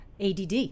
ADD